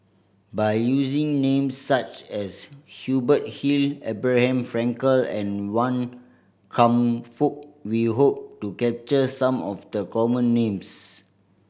by using names such as Hubert Hill Abraham Frankel and Wan Kam Fook we hope to capture some of the common names